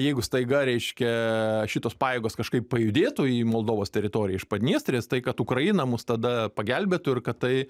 jeigu staiga reiškia šitos pajėgos kažkaip pajudėtų į moldovos teritoriją iš padniestrės tai kad ukraina mus tada pagelbėtų ir kad tai